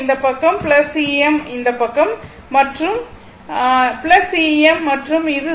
இந்த பக்கம் Em மற்றும் இது 0